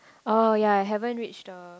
oh yea haven't reach the